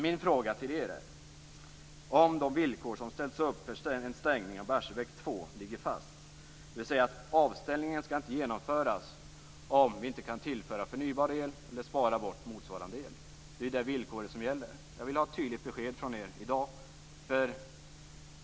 Min fråga till er gäller om de villkor som ställts upp för en stängning av Barsebäck 2 ligger fast, dvs. att avställningen inte ska genomföras om vi inte kan tillföra förnybar el eller spara bort motsvara el. Det är de villkoren som gäller. Jag vill ha ett tydligt besked från er i dag.